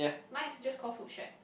mine is just called Foodshed